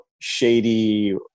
shady